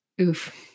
Oof